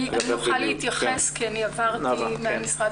אני אוכל להתייחס כי אני עברתי מהמשרד